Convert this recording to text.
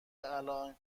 الان